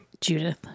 Judith